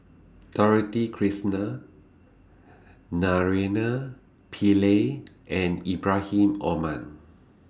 Dorothy Krishnan Naraina Pillai and Ibrahim Omar